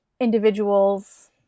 individuals